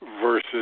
versus